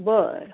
बरं